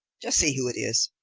just see who it is.